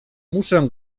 muszę